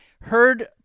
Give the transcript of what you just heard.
Heard